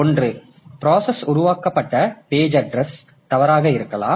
ஒன்று பிராசஸ் உருவாக்கப்பட்ட page address தவறாக இருக்கலாம்